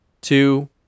two